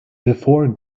before